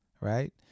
right